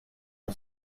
mon